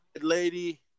lady